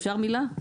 אפשר מילה?